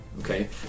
Okay